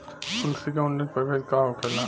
कुलथी के उन्नत प्रभेद का होखेला?